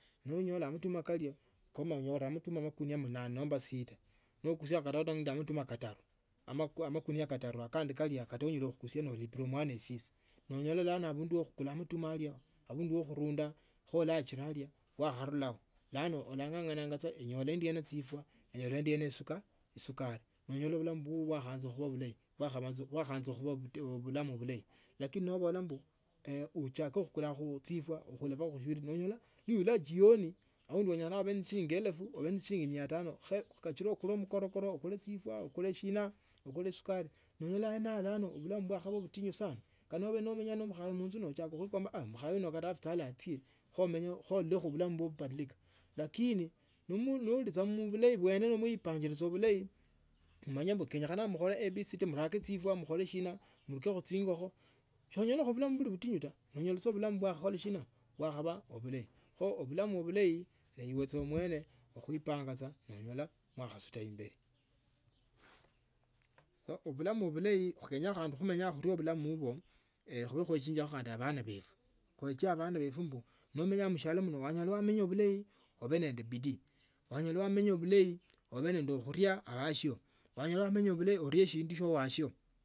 Nonyola matuma kalya koo onyolamo amagunia karano nomba mnane nokusia, kata magunia kataru akandi noranga khukhusia nolipila mwana efisi nonyola bulano abundi ba khukula amatuma alya alingi ban khurinda kho achila alyawakharubo bulano ulangangana nyola endiena chifwa nyola endiena sukari nonyola bulamu bubwo bwayanza kubaa bulayi bwakhaanza kubaa bulamu bulayi lakini nobola mbi ochaku khukulakho chifwa onyolekhu shindu na onyola netukha jioni aundi ubele ne shilingi elfu ube ne shilingi mia tano, khe kachile ukule sukari nonyola aeneao bulano bulamu bwakhaba butinyu sana kata noba nomenyi me mukhaye munzu nochaka khuikomba mkhaye uno kata alitale achie kho ulilekha bumenyu bubwo bubadilika lakini napangale bulayi olanyola kenyekhana mkhole mbu kenyekha mkhali shina murukhekho chingoko kho onyola bulamu na bubee butinyu taa nonyola saa bulamu bulayi nise mwene khuipanga nonyola wakhaisuta imbeli khe bulamu bulayi kenya khandi khumenya khurio mu bulamu bubwo kube khandi khuekya abana befu khuekie abana befu mbu nomenya mushialo mno onyala khumenya bulayi, ubee nende bidii khandi nomenya bulahi une nende khuria basio nowenya khumenya bulayi urie shindu shya wasio.